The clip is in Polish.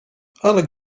ale